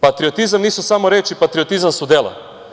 Patriotizam nisu samo reči, patriotizam su dela.